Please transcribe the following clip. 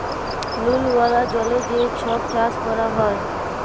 লুল ওয়ালা জলে যে ছব চাষ ক্যরা হ্যয়